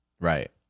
Right